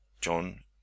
john